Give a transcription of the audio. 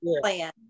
plan